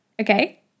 okay